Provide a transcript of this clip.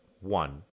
one